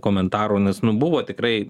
komentarų nes nu buvo tikrai